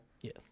Yes